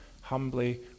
humbly